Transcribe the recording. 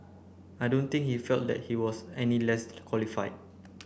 I don't think he felt that he was any qualified